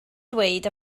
dweud